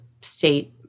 state